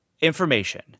information